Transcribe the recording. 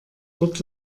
dort